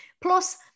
Plus